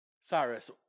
Cyrus